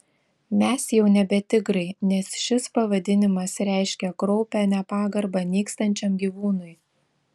mes jau nebe tigrai nes šis pavadinimas reiškia kraupią nepagarbą nykstančiam gyvūnui